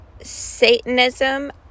Satanism